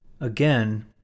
Again